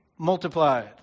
multiplied